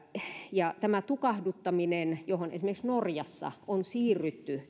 tämä tukahduttaminen johon esimerkiksi norjassa on siirrytty